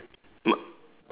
my